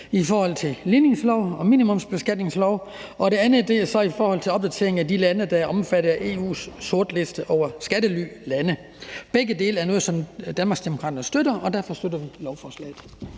i forhold til ligningsloven og minimumsbeskatningsloven. Det andet er så i forhold til opdatering af de lande, der er omfattet af EU's sortliste over skattelylande. Begge dele er noget, som Danmarksdemokraterne støtter, og derfor støtter vi lovforslaget.